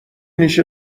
نیشت